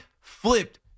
flipped